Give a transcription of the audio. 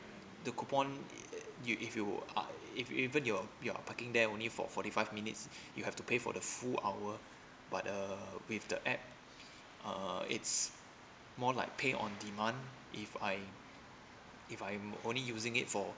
the coupon you if you are if even your you're parking there only for forty five minutes you have to pay for the full hour but uh with the app uh it's more like pay on demand if I if I'm only using it for